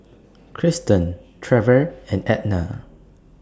Cristen Trever and Edna